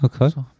Okay